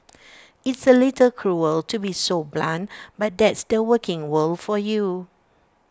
it's A little cruel to be so blunt but that's the working world for you